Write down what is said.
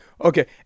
Okay